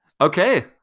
Okay